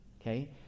okay